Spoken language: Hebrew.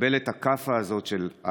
מקבל לי את הכאפה הזאת של 'הלו,